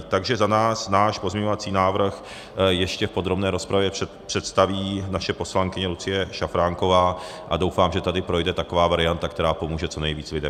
Takže náš pozměňovací návrh ještě v podrobné rozpravě představí naše poslankyně Lucie Šafránková a doufám, že tady projde taková varianta, která pomůže co nejvíc lidem.